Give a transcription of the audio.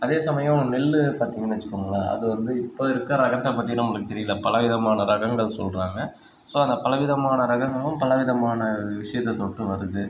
அதே சமயம் நெல் பார்த்தீங்கன்னு வச்சுக்கோங்களேன் அது வந்து இப்போ இருக்கிற ரகத்தை பற்றி நமக்கு தெரியல பலவிதமான ரகங்கள் சொல்கிறாங்க ஸோ அந்த பலவிதமான ரகங்களும் பலவிதமான விஷயத்தை தொட்டு வருது